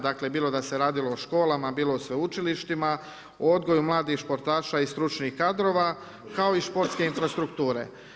Dakle, bilo da se radilo o školama, bilo o sveučilištima, odgoj mladih športaša i stručnih kadrova, kao i športske infrastrukture.